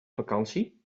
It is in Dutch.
vakantie